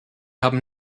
haben